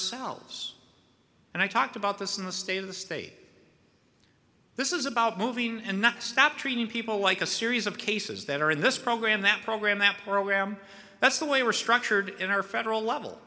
ourselves and i talked about this in the state of the state this is about moving and not stop treating people like a series of cases that are in this program that program that program that's the way we're structured in our federal level